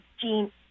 gene